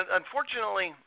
unfortunately